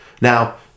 Now